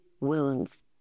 wounds